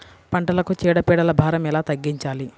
పంటలకు చీడ పీడల భారం ఎలా తగ్గించాలి?